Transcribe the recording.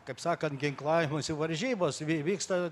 kaip sakant ginklavimosi varžybos vy vyksta